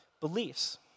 beliefs